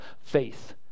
faith